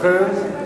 לכן,